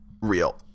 real